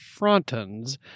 Frontons